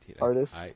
artist